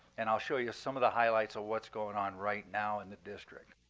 and i'll show you some of the highlights of what's going on right now in the district.